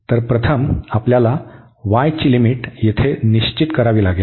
तर प्रथम आपल्याला y ची लिमिट येथे निश्चित करावी लागेल